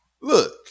look